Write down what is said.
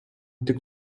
tik